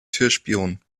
türspion